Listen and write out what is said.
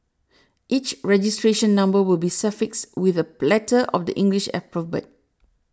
each registration number will be suffixed with a letter of the English alphabet